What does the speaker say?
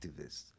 activists